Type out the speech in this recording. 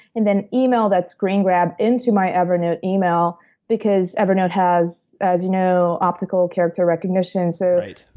and then email that screen grab into my evernote email because evernote has, as you know, optical character recognition. so,